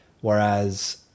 Whereas